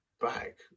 back